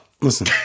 listen